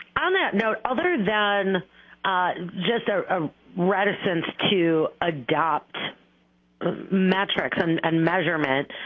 on that note other than just a um reticence to adopt metrics and and measurement,